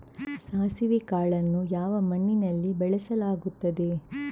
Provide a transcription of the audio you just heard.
ಸಾಸಿವೆ ಕಾಳನ್ನು ಯಾವ ಮಣ್ಣಿನಲ್ಲಿ ಬೆಳೆಸಲಾಗುತ್ತದೆ?